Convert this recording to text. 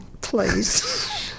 Please